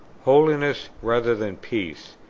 holiness rather than peace,